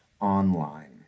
online